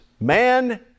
man